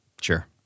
Sure